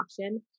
option